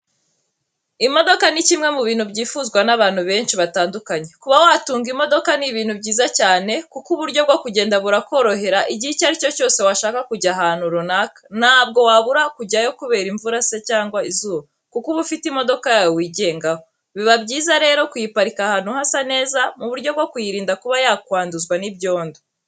Imodoka ni kimwe mu bintu byifuzwa n'abantu benshi batandukanye, kuba watunga imodoka ni ibintu byiza cyane kuko uburyo bwo kugenda burakorohera igihe icyo ari cyo cyose washaka kujya ahantu runaka ntabwo wabura kujyayo kubera imvura se cyangwa izuba kuko uba ufite imodoka yawe wigengaho, biba byiza rero kuyiparika ahantu hasa neza mu buryo bwo kuyirinda kuba yakwanduzwa n'ibyondo.